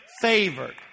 favored